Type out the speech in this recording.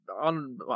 on